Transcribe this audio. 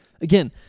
Again